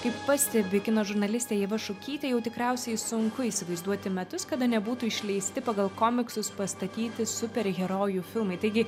kaip pastebi kino žurnalistė ieva šukytė jau tikriausiai sunku įsivaizduoti metus kada nebūtų išleisti pagal komiksus pastatyti superherojų filmai taigi